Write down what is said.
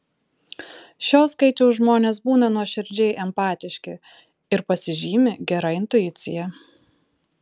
šio skaičiaus žmonės būna nuoširdžiai empatiški ir pasižymi gera intuicija